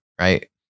right